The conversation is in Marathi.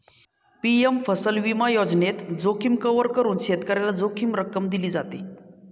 पी.एम फसल विमा योजनेत, जोखीम कव्हर करून शेतकऱ्याला जोखीम रक्कम दिली जाते